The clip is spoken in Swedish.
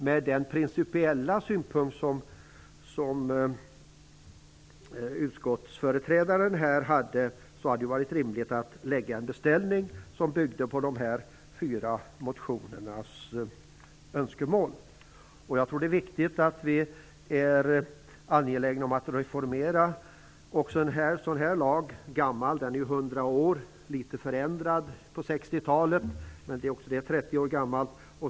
Med tanke på utskottsföreträdarens principiella synpunkt hade det varit rimligt att lägga en beställning som byggde på önskemålen i de fyra motionerna. Jag tror att det är viktigt att vi är angelägna om att reformera en så här gammal lag, 100 år gammal. Den förändrades litet på 60-talet, och det är 30 år sedan.